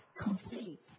complete